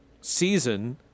season